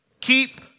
Keep